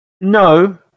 No